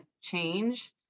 change